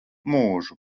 mūžu